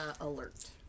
alert